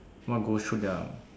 what goes through their